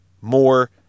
more